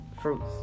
fruits